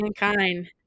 mankind